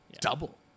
double